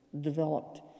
developed